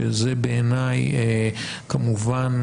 שזה בעיניי כמובן